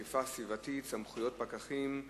(אכיפה סביבתית, סמכויות פקחים)